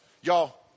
Y'all